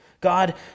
God